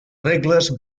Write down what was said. regles